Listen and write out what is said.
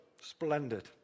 splendid